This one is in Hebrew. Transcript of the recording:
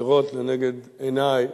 לראות לנגד עיני,